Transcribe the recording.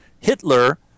Hitler